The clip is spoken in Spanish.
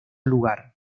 lugar